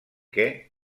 que